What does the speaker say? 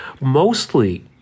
mostly